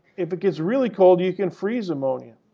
if it gets really cold, you can freeze ammonia.